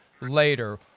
later